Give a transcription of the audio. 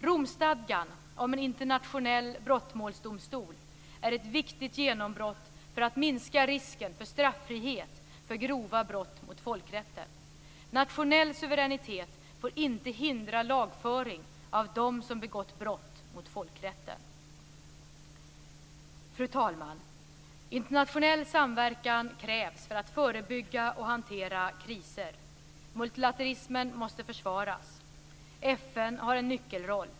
Romstadgan om en internationell brottmålsdomstol är ett viktigt genombrott för att minska risken för straffrihet för grova brott mot folkrätten. Nationell suveränitet får inte hindra lagföring av dem som begått brott mot folkrätten. Fru talman! Internationell samverkan krävs för att förebygga och hantera kriser. Multilateralismen måste försvaras. FN har en nyckelroll.